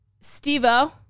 Steve-O